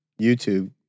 YouTube